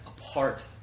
apart